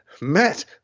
Matt